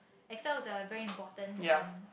Excel is a very important um